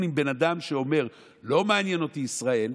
עם בן אדם שאומר: לא מעניינת אותי ישראל.